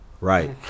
right